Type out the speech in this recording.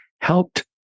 helped